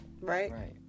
right